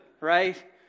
right